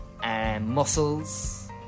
mussels